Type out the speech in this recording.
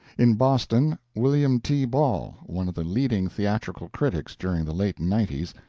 in boston, william t. ball, one of the leading theatrical critics during the late ninety s,